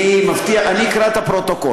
אני מבטיח שאני אקרא את הפרוטוקול.